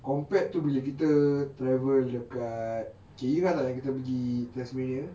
compared to bila kita travel dekat U_K you ingat tak yang kita pergi tasmania